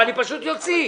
לדעתי,